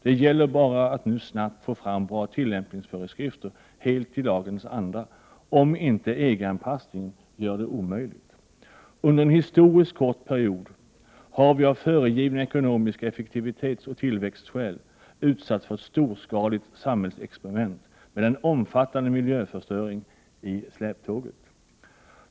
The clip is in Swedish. Det gäller bara att nu snabbt få fram bra tillämpningsföreskrifter helt i lagens anda — om inte EG-anpassningen gör det omöjligt. Under en historiskt kort tid har vi av föregivna ekonomiska effektivitetsoch tillväxtskäl utsatts för ett storskaligt samhällsexperiment, med en omfattande miljöförstöring i släptåget.